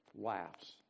laughs